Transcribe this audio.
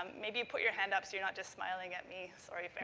um maybe you put your hand up so you're not just smiling at me. sorry, farrah.